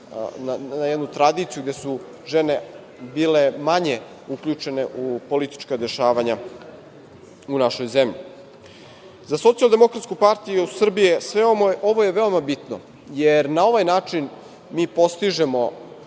na jednu tradiciju, gde su žene bile manje uključene u politička dešavanja u našoj zemlji.Za SDPS sve ovo je veoma bitno, jer na ovaj način mi postižemo